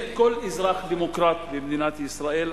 כל אזרח דמוקרט במדינת ישראל,